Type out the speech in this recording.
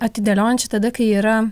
atidėliojančiu tada kai yra